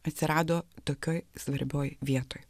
atsirado tokioj svarbioj vietoj